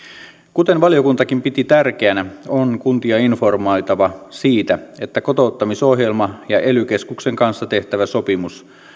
kuten valiokuntakin piti tärkeänä on kuntia informoitava siitä että kotouttamisohjelma ja ely keskuksen kanssa tehtävä sopimus